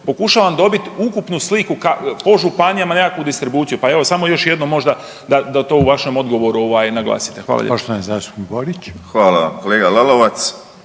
pokušavam dobit ukupnu sliku po županijama nekakvu distribuciju pa evo samo još jednom možda da to u vašem odgovoru ovaj naglasite. Hvala